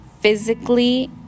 physically